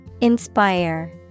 Inspire